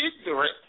ignorant